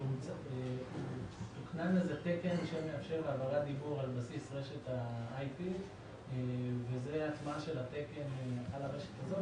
IP... מאפשר העברת דיבור על בסיס רשת IP. זה התקן על הרשת הזאת.